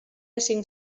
cinc